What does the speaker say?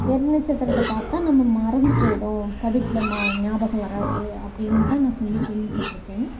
எரிநட்சத்திரத்தை பார்த்தா நம்ம மறந்து போயிடும் படிப்பில் ம ஞாபகம் வராது அப்படின்னு தான் நான் சொல்லி கேள்விப்பட்டிருக்கேன்